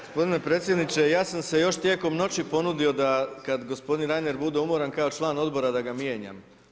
Gospodine predsjedniče ja sam se još tijekom noći ponudio da kada gospodin Reiner bude umoran kao član odbora da ga mijenjam.